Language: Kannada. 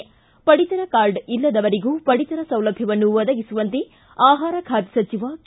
ಿ ಪಡಿತರ ಕಾರ್ಡ್ ಇಲ್ಲದವರಿಗೂ ಪಡಿತರ ಸೌಲಭ್ಯವನ್ನು ಒದಗಿಸುವಂತೆ ಆಹಾರ ಖಾತೆ ಸಚಿವ ಕೆ